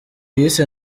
yise